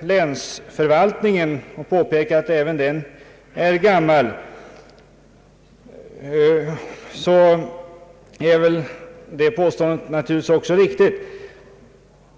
länsförvaltningen och påpekade att även den är gammal. Påståendet är naturligtvis riktigt.